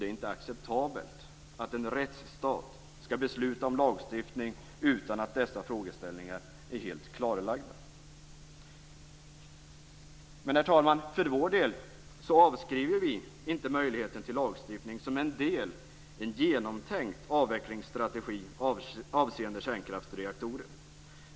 Det är inte acceptabelt att en rättsstat skall besluta om lagstiftning utan att dessa frågeställningar är helt klarlagda. Herr talman! Vi avskriver inte möjligheten till lagstiftning som en del i en genomtänkt avvecklingsstrategi avseende kärnkraftsreaktorer.